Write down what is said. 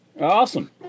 Awesome